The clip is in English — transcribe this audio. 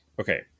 okay